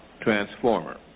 transformer